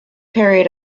period